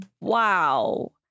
Wow